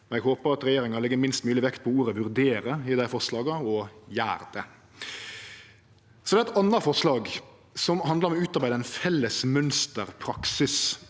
eg håpar at regjeringa legg minst mogleg vekt på ordet «vurdere» i dei forslaga, og gjer det. Så er det eit anna forslag som handlar om å utarbeide ein felles mønsterpraksis